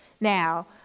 Now